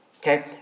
Okay